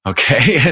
okay?